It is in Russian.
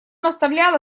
наставлял